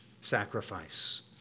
sacrifice